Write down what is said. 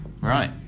Right